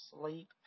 sleep